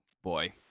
boy